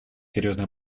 серьезные